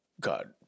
God